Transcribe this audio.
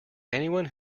anyone